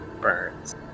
burns